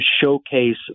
showcase